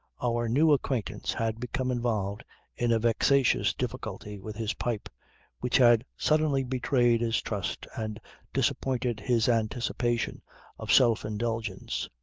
our new acquaintance had become involved in a vexatious difficulty with his pipe which had suddenly betrayed his trust and disappointed his anticipation of self-indulgence.